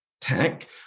tech